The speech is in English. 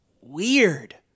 Weird